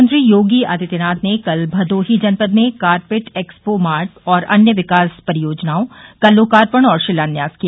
मुख्यमंत्री योगी आदित्यनाथ ने कल भदोही जनपद में कारपेट एक्सपो मार्ट और अन्य विकास परियोजनाओं का लोकार्पण और शिलान्यास किया